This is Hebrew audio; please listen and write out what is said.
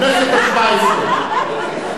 הכנסת השבע-עשרה.